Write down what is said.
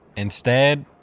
instead,